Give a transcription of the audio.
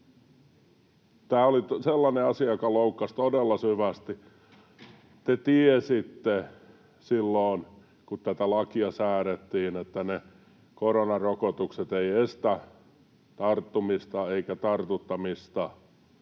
Tämä oli sellainen asia, joka loukkasi todella syvästi. Te tiesitte silloin, kun tätä lakia säädettiin, että ne koronarokotukset eivät estä tarttumista eikä tartuttamista,